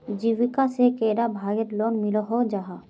जीविका से कैडा भागेर लोन मिलोहो जाहा?